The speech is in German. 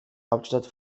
hauptstadt